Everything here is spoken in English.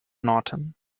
norton